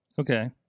Okay